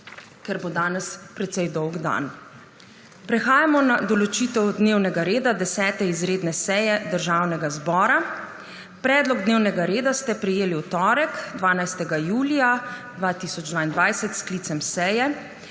ker bo danes precej dolg dan. Prehajamo na določitev dnevnega reda 10. izredne seje Državnega zbora. Predlog dnevnega reda ste prejeli v torek, 12. julija 2022, s sklicem seje.